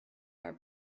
are